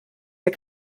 der